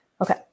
Okay